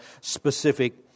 specific